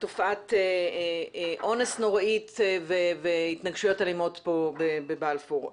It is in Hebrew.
תופעת אונס נוראית והתנגשויות אלימות פה בבלפור.